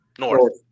North